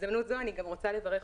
לקראת